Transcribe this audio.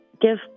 give